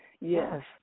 Yes